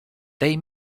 they